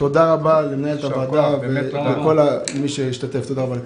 תודה רבה למנהלת הוועדה ולכל מי שהשתתף בדיון.